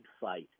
fight